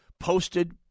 Posted